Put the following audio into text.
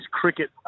cricket